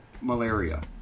malaria